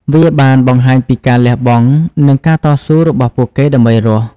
វាបានបង្ហាញពីការលះបង់ និងការតស៊ូរបស់ពួកគេដើម្បីរស់។